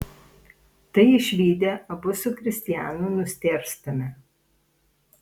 tai išvydę abu su kristianu nustėrstame